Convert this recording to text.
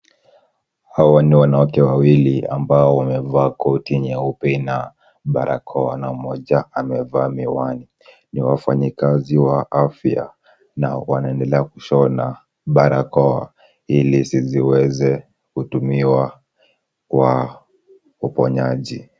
Hawa ni wanawake wawili ambao wamevaa koti nyeupe na barakoa na mmoja amevaa miwani ya wafanyikazi wa afya na wanaendelea kushona barakoa ili ziweze kutumiwa kwa uponyaji.